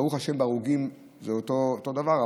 ברוך השם בהרוגים זה אותו דבר,